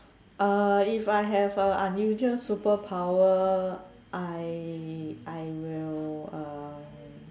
uh if I have a unusual superpower I I will uh